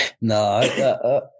No